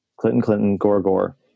Clinton-Clinton-Gore-Gore